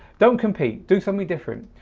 don't compete, do something different.